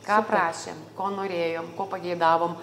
ką prašėm ko norėjom ko pageidavom